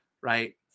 right